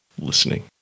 listening